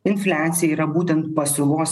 infliacija yra būtent pasiūlos